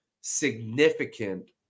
significant